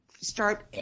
Start